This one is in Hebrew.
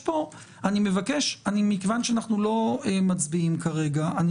מכיוון שאנחנו לא מצביעים כרגע,